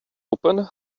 open